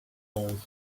old